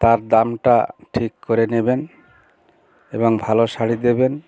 তার দামটা ঠিক করে নেবেন এবং ভালো শাড়ি দেবেন